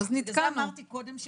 בגלל זה אמרתי קודם,